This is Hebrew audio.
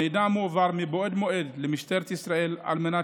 המידע מועבר מבעוד מועד למשטרת ישראל על מנת